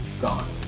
gone